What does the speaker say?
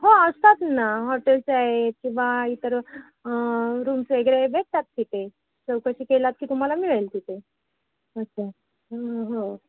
हो असतात ना हॉटेल्स आहेत किंवा इतर रूम्स वगैरे भेटतात तिथे चौकशी केलात की तुम्हाला मिळेल तिथे असं हो